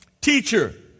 teacher